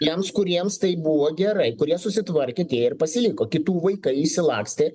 tiems kuriems tai buvo gerai kurie susitvarkė ir pasiliko kitų vaikai išsilakstė